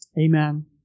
amen